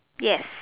ya